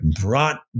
brought